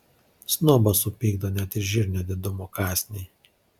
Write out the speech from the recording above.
snobą supykdo net ir žirnio didumo kąsniai